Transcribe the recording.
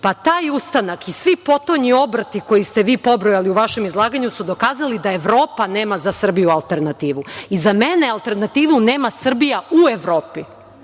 Pa, taj ustanak i svi potonji obrti koje ste vi pobrojali u vašem izlaganju su dokazali da Evropa nema za Srbiju alternativu. I za mene alternativu nema Srbija u Evropi.